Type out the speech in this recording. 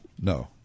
No